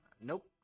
Nope